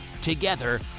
together